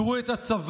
תראו את הצבא,